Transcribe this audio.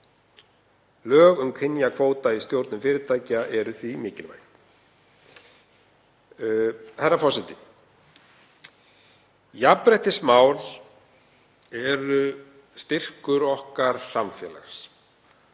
Lög um kynjakvóta í stjórnum fyrirtækja eru því mikilvæg. Herra forseti. Jafnréttismál eru styrkur okkar samfélags